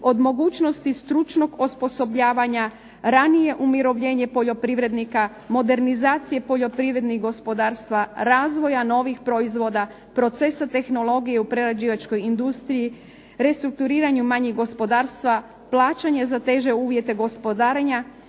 od mogućnosti stručnog osposobljavanja, ranije umirovljenje poljoprivrednika, modernizacije poljoprivrednih gospodarstava, razvoja novih proizvoda, procesa tehnologije u prerađivačkoj industriji, restrukturiranju manjih gospodarstva plaćanje za teže uvjete gospodarenja,